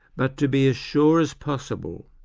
but to be as sure as possible,